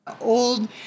old